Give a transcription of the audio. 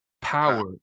power